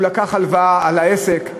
הוא לקח הלוואה לעסק,